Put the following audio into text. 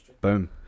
boom